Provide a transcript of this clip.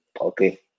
Okay